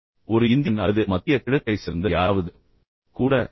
இப்போது ஒரு இந்தியன் அல்லது மத்திய கிழக்கைச் சேர்ந்த யாராவது கூட அவர்கள் 9